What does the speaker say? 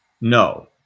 No